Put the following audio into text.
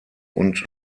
und